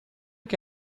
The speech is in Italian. che